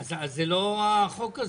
אז זה לא החוק הזה.